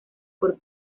por